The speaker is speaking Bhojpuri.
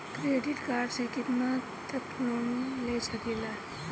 क्रेडिट कार्ड से कितना तक लोन ले सकईल?